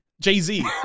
Jay-Z